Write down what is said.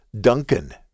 Duncan